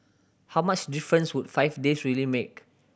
how much difference would five days really make